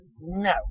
No